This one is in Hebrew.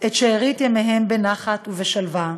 את שארית ימיהם בנחת ובשלווה,